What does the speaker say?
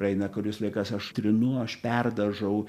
praeina kuris laikas aš trinu aš perdažau